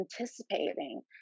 anticipating